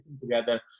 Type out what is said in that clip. together